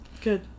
Good